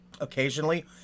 occasionally